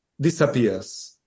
disappears